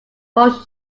both